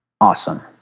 Awesome